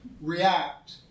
react